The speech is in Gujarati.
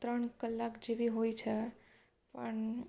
ત્રણ કલાક જેવી હોય છે પણ